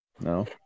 No